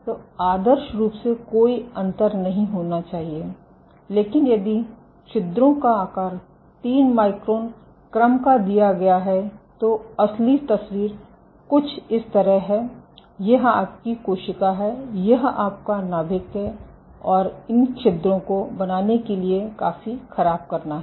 तो आदर्श रूप से कोई अंतर नहीं होना चाहिए लेकिन यदि आपके छिद्रों का आकार 3 माइक्रोन क्रम का दिया गया है तो असली तस्वीर कुछ इस तरह है यह आपकी कोशिका है और यह आपका नाभिक है इन छिद्रों को बनाने के लिए काफी ख़राब करना है